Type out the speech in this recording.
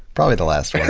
probably the last one.